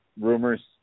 rumors